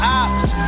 ops